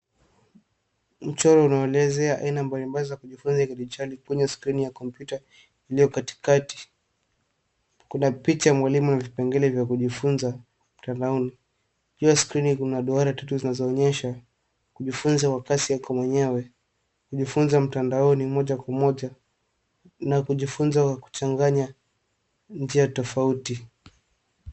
Mchoro unaoelezea aina mbalimbali za kujifunza ya kidigitali Kwenye skrini ya kompyuta iliyokatikati, kuna picha ya mwalimu na vipengele vya kujifunza mtandaoni. Hiyo skrini ina duara tatu zinazoonyesha kujifunza kwa kasi yako mwenyewe, kujifunza mtandaoni moja kwa moja na kujifunza kwa kuchanganya njia tofauti.